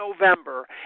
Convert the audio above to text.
November